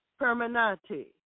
Permanente